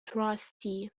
trustee